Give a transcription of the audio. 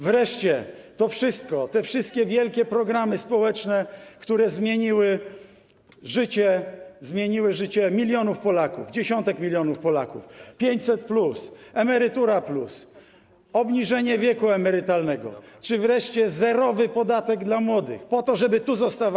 Wreszcie to wszystko, te wszystkie wielkie programy społeczne, które zmieniły życie milionów Polaków, dziesiątków milionów Polaków: 500+, „Emerytura+”, obniżenie wieku emerytalnego czy wreszcie zerowy podatek dla młodych, po to żeby tu zostawali.